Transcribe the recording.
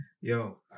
Yo